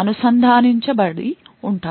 అనుసంధానించబడి ఉంటాయి